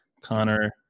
Connor